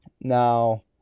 Now